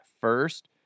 first